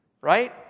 Right